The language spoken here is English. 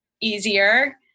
easier